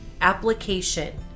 application